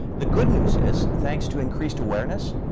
the good news is thanks to increased awareness,